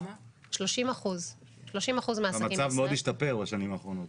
המצב מאוד השתפר בשנים האחרונות.